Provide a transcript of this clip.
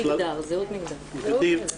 גבירתי,